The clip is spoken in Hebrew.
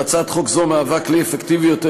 והצעת חוק זו מהווה כלי אפקטיבי יותר,